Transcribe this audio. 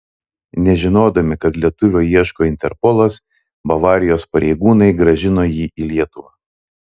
nežinodami kad lietuvio ieško interpolas bavarijos pareigūnai grąžino jį į lietuvą